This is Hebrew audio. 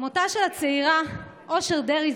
מותה של הצעירה אושר דרעי,